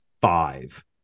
five